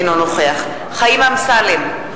אינו נוכח חיים אמסלם,